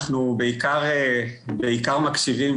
אנחנו בעיקר מקשיבים,